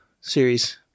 series